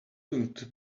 could